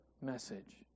message